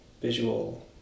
visual